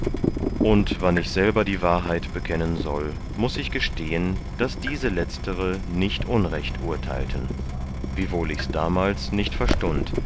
und wann ich selber die wahrheit bekennen soll muß ich gestehen daß diese letztere nicht unrecht urteilten wiewohl ichs damals nicht verstund